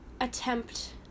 attempt